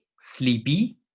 sleepy